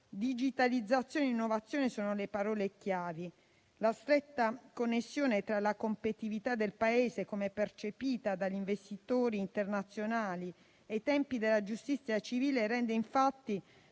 Digitalizzazione e innovazione sono le parole chiave. La stretta connessione tra la competitività del Paese, come percepita dagli investitori internazionali, e i tempi della giustizia civile rende infatti